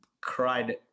cried